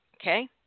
okay